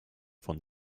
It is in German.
von